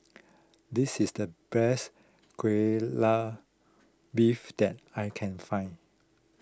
this is the best Kai Lan Beef that I can find